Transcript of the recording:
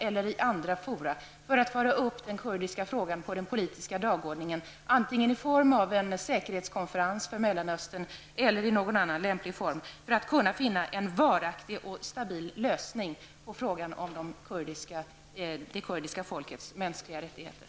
eller i andra fora för att föra upp den kurdiska frågan på den politiska dagordningen, antingen i form av en säkerhetskonferens för Mellanöstern eller i någon annan lämplig form för att kunna finna en varaktig och stabil lösning på frågan om det kurdiska folkets mänskliga rättigheter.